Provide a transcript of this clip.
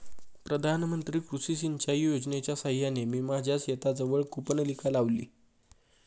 प्रधानमंत्री कृषी सिंचाई योजनेच्या साहाय्याने मी माझ्या शेताजवळ कूपनलिका लावली